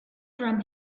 from